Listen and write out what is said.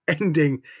ending